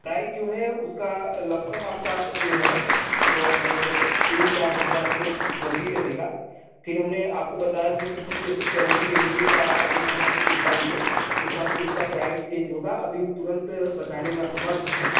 price जो है उसका लमसम आपका जो है तीन चार हज़ार से प्लस ही रहेगा फिर हमने आपको बताया भी कि उसकी जैसी क्वालिटी रहेगी जैसा आप आएँगे हम आपको दिखाएँगे हिसाब से उसका प्राइज़ चेंज होगा अभी हम तुरंत बताने मे असमर्थ हैं